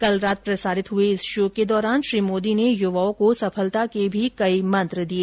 कल रात प्रसारित हुए इस शो के दौरान श्री मोदी ने युवाओं को सफलता के भी कई मंत्र दिए